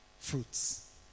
Fruits